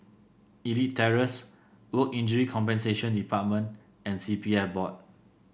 Elite Terrace Work Injury Compensation Department and C P F Board